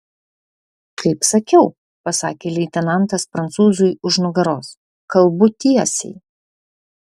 kaip sakiau pasakė leitenantas prancūzui už nugaros kalbu tiesiai